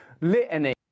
litany